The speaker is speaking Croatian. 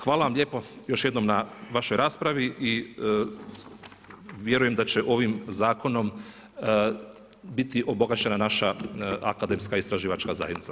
Hvala vam lijepo još jednom na vašoj raspravi i vjerujem da će ovim zakonom biti obogaćena naša akademska istraživačka zajednica.